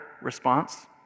response